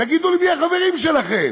תגידו לי מי החברים שלכם.